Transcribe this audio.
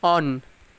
on